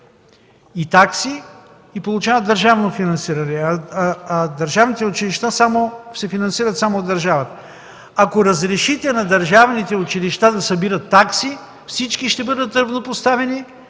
и такси, и получават държавно финансиране, а държавните училища се финансират само от държавата. Ако разрешите на държавните училища да събират такси, всички ще бъдат равнопоставени